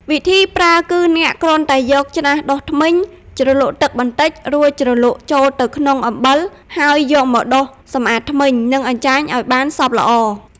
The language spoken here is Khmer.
វិធីប្រើគឺអ្នកគ្រាន់តែយកច្រាសដុសធ្មេញជ្រលក់ទឹកបន្តិច រួចជ្រលក់ចូលទៅក្នុងអំបិល ហើយយកមកដុសសម្អាតធ្មេញ និងអញ្ចាញឲ្យបានសព្វល្អ។